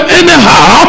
anyhow